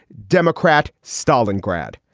democrat. stalingrad.